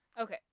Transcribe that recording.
Okay